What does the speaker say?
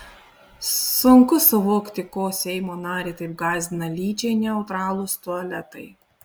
sunku suvokti ko seimo narį taip gąsdina lyčiai neutralūs tualetai